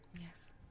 Yes